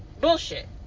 bullshit